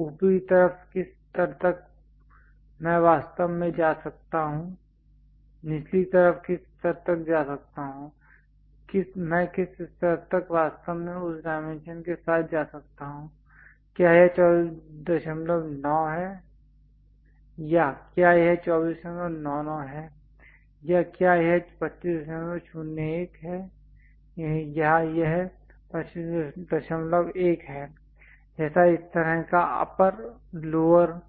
ऊपरी तरफ किस स्तर तक मैं वास्तव में जा सकता हूं निचली तरफ किस स्तर तक जा सकता हूं मैं किस स्तर तक वास्तव में उस डायमेंशन के साथ जा सकता हूं क्या यह 249 है या क्या यह 2499 है या क्या यह 2501 या यह 251 है जैसा इस तरह का अपर लोअर